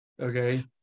Okay